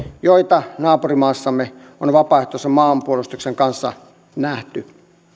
joita naapurimaassamme on vapaaehtoisen maanpuolustuksen kanssa nähty